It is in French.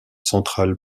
central